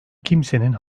kimsenin